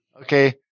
Okay